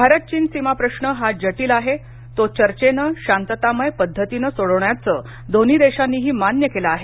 भारत चीन सीमा प्रश्न हा जटील आहे तो चर्चेने शांततामय पद्धतीनं सोडवण्याच दोन्ही देशांनीही मान्य केलं आहे